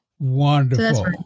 Wonderful